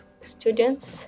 students